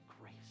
grace